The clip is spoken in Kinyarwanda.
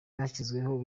yashyizweho